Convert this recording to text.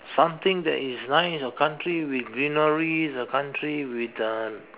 something that is nice a country with greeneries a country with um